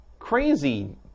crazy